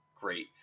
great